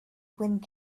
wind